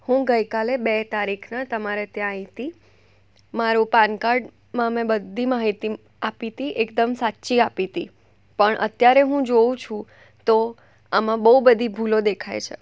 હું ગઈ કાલે બે તારીખના તમારે ત્યાં આવી હતી મારું પાનકાર્ડમાં મેં બધી માહિતી આપી હતી એકદમ સાચી આપી હતી પણ અત્યારે હું જોઉં છું તો તો આમાં બહુ બધી ભૂલો દેખાય છે